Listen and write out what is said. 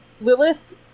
Lilith